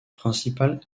principal